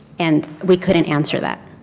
and we couldn't answer that.